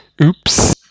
oops